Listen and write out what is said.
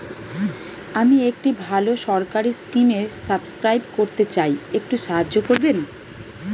আমি একটি ভালো সরকারি স্কিমে সাব্সক্রাইব করতে চাই, একটু সাহায্য করবেন?